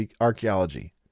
Archaeology